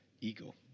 ego